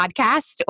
podcast